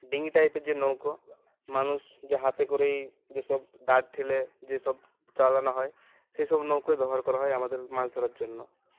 ডিঙ্গি টাইপের যে নৌকো মানুষ যে হাতে করেই যেসব দাঁড় ঠেলে যেসব চালানো হয় সেসব নৌকোই ব্যবহার করা হয় আমাদের মাছ ধরার জন্য